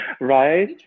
Right